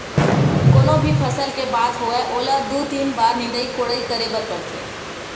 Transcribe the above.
कोनो भी फसल के बात होवय ओला दू, तीन बार निंदई कोड़ई करे बर परथे